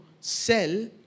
sell